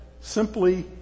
simply